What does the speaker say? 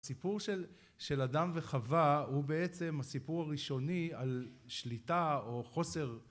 הסיפור של אדם וחווה הוא בעצם הסיפור הראשוני על שליטה או חוסר